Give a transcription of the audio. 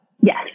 Yes